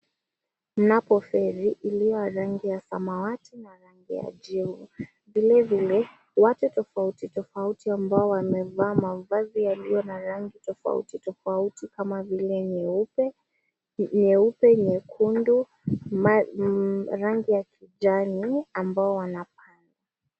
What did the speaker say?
Mnapo ferri iliyo ya rangi ya samawati na rangi ya kijivu, vilevile watu tofauti tofauti ambao wamevaa mavazi yaliyo na rangi tofauti tofauti kama vile nyeupe, nyekundu, rangi ya kijani ambao wanapanda.